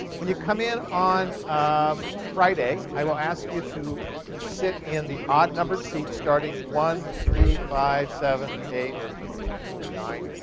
when you come in on um friday, i will ask you to sit in the odd-numbered seats starting one, three, five, seven, eight or nine,